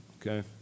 okay